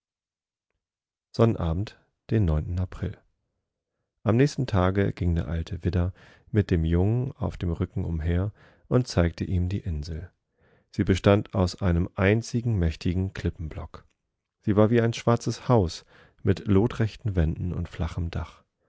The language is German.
sonnabend april am nächsten tage ging der alte widder mit dem jungen auf dem rücken umher und zeigte ihm die insel sie bestand aus einem einzigen mächtigen klippenblock sie war wie ein schwarzes haus mit lotrechten wänden und flachem dach